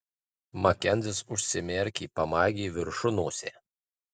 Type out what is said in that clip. makenzis užsimerkė pamaigė viršunosę